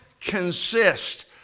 consist